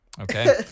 okay